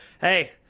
hey